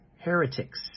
heretics